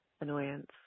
annoyance